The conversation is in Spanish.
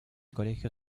colegio